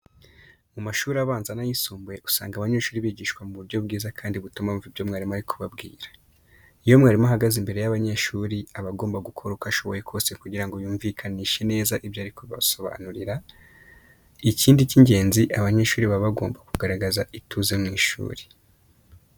Mu mashuri abanza n'ayisumbuye usanga abanyeshuri bigishwa mu buryo bwiza kandi butuma bumva ibyo mwarimu ari kubabwira. Iyo mwarimu ahagaze imbere y'abanyeshuri, aba agomba gukora uko ashoboye kose kugira ngo yumvikanishe neza ibyo ari kubasobanurira. Ikindi cy'ingenzi, abanyeshuri baba bagomba kugaragaza ituze mu ishuri.